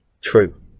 true